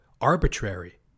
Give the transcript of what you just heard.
arbitrary